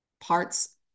parts